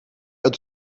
uit